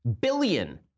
billion